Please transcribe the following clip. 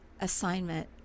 assignment